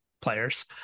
players